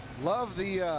love the